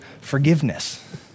forgiveness